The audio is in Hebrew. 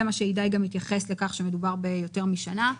זה מה שהידי נגב התייחס אליו, שמדובר ביותר בשנה.